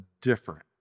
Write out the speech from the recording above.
different